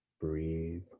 Breathe